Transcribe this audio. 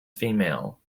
female